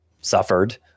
suffered